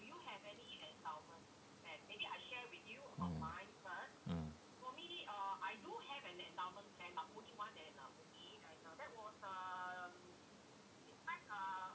mm